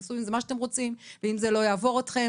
תעשו עם זה מה שאתם רוצים ואם זה לא יעבור אתכם,